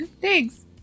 Thanks